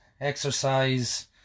exercise